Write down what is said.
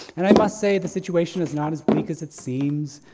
and i must say, the situation is not as bleak as it seems,